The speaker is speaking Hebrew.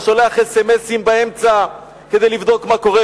ושולח אס.אם.אסים באמצע כדי לבדוק מה קורה,